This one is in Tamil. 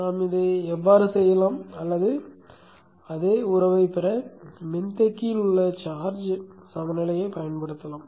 நாம் இதை இவ்வாறு செய்யலாம் அல்லது அதே உறவைப் பெற மின்தேக்கியில் உள்ள சார்ஜ் சமநிலையைப் பயன்படுத்தலாம்